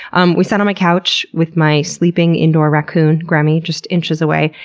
um we sat on my couch with my sleeping indoor racoon, gremmy, just inches away,